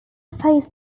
faced